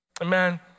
Amen